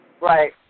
Right